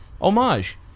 Homage